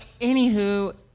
anywho